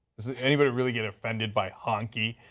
does anybody really get offended by honkey?